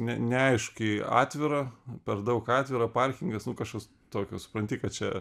ne neaiškiai atvira per daug atvira parkingas nu kažkas tokio supranti kad čia